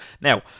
Now